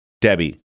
Debbie